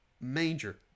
manger